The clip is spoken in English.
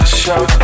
shot